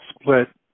split